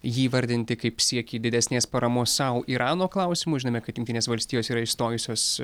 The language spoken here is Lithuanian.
jį įvardinti kaip siekį didesnės paramos sau irano klausimu žinome kad jungtinės valstijos yra išstojusios